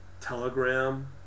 Telegram